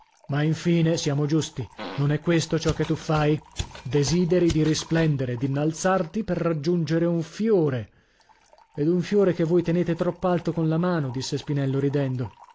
ma infine siamo giusti non è questo ciò che tu fai desideri di risplendere d'innalzarti per raggiungere un fiore ed un fiore che voi tenete tropp'alto con la mano disse spinello ridendo